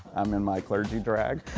i'm in my clergy drag.